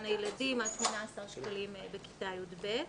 הילדים עד שמונה-עשר שקלים בכיתה י"ב.